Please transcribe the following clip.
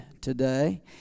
today